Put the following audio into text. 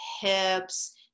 hips